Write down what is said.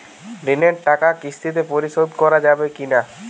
ঋণের টাকা কিস্তিতে পরিশোধ করা যাবে কি না?